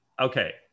okay